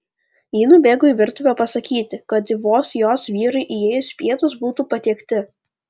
ji nubėgo į virtuvę pasakyti kad vos jos vyrui įėjus pietūs būtų patiekti